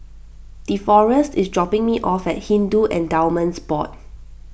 Deforest is dropping me off at Hindu Endowments Board